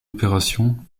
opération